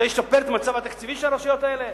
זה ישפר את המצב התקציבי של הרשויות האלה?